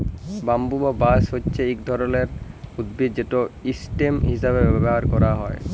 bamboo বা বাঁশ হছে ইক রকমের উদ্ভিদ যেট ইসটেম হিঁসাবে ব্যাভার ক্যারা হ্যয়